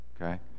Okay